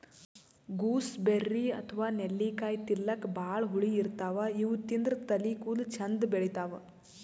gooseberry ಅಥವಾ ನೆಲ್ಲಿಕಾಯಿ ತಿಲ್ಲಕ್ ಭಾಳ್ ಹುಳಿ ಇರ್ತವ್ ಇವ್ ತಿಂದ್ರ್ ತಲಿ ಕೂದಲ ಚಂದ್ ಬೆಳಿತಾವ್